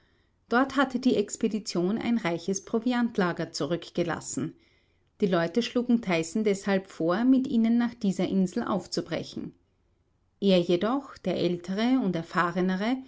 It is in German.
dort hatte die expedition ein reiches proviantlager zurückgelassen die leute schlugen tyson deshalb vor mit ihnen nach dieser insel aufzubrechen er jedoch der ältere und erfahrenere